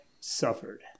suffered